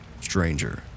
stranger